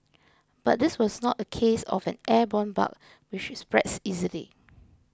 but this was not a case of an airborne bug which spreads easily